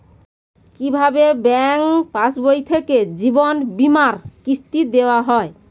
কি ভাবে ব্যাঙ্ক পাশবই থেকে জীবনবীমার কিস্তি দেওয়া হয়?